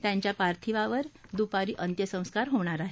त्यांच्या पार्थिवावार दूपारी अत्यसस्कार होणार आहेत